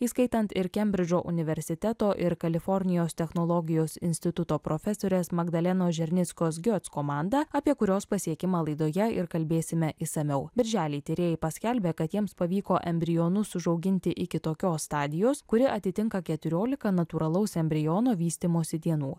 įskaitant ir kembridžo universiteto ir kalifornijos technologijos instituto profesorės magdalenos žernickos gioc komanda apie kurios pasiekimą laidoje ir kalbėsime išsamiau birželį tyrėjai paskelbė kad jiems pavyko embrionus užauginti iki tokios stadijos kuri atitinka keturiolika natūralaus embriono vystymosi dienų